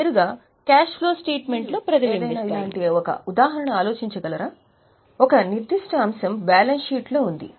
మీరేదైనా ఇలాంటి ఒక ఉదాహరణ ఆలోచించగలరా ఒక నిర్దిష్ట అంశం బ్యాలెన్స్ షీట్లో ఉంది